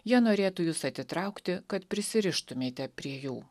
jie norėtų jus atitraukti kad prisirištumėte prie jų